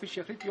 זה כתב